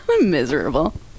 Miserable